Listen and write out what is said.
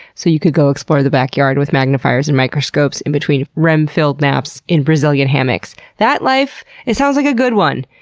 so you could go explore the backyard with magnifiers and microscopes, in between rem-filled naps in brazilian hammocks. that life, it sounds like a good one,